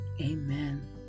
amen